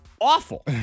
awful